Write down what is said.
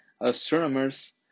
Astronomers